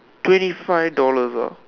twenty five dollars ah